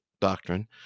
doctrine